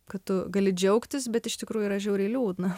kad tu gali džiaugtis bet iš tikrųjų yra žiauriai liūdna